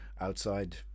outside